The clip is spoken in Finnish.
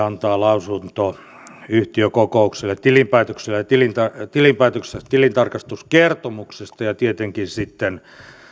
antaa lausunto yhtiökokoukselle tilintarkastuskertomuksesta ja tietenkin sitten